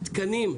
תקנים,